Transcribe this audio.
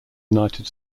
united